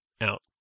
out